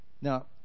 Now